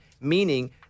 Meaning